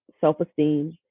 self-esteem